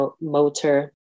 motor